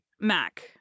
Mac